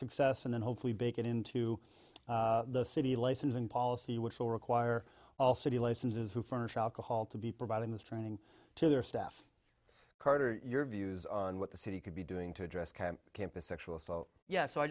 success and then hopefully bake it into the city licensing policy which will require all city licenses to furnish alcohol to be providing this training to their staff carter your views on what the city could be doing to address campus sexual so yes so i